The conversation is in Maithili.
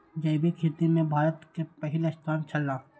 जैविक खेती में भारत के पहिल स्थान छला